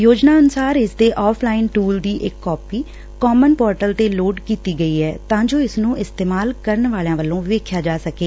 ਯੋਜਨਾ ਅਨੁਸਾਰ ਇਸਦੇ ਆਫ ਲਾਈਨ ਟੁਲ ਦੀ ਇਕ ਕਾਪੀ ਕਾਮਨ ਪੋਰਟਲ ਤੇ ਲੋਡ ਕੀਤੀ ਗਈ ਐ ਤਾਂ ਜੋ ਇਸ ਨੁੰ ਇਸਤੇਮਾਲ ਕਰਨ ਵਾਲਿਆਂ ਵੱਲੋਂ ਵੇਖਿਆ ਜਾ ਸਕੇ